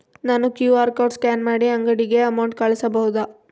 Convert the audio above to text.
ನಾನು QR code scan ಮಾಡಿ ಅಂಗಡಿಗೆ ಅಮೌಂಟ್ ಕಳಿಸಬಹುದಾ?